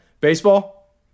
Baseball